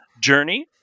journey